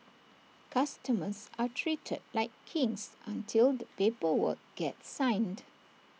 customers are treated like kings until the paper work gets signed